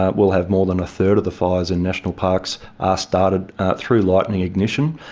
ah we'll have more than a third of the fires in national parks are started through lighting ignition.